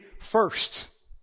first